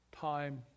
time